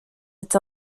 its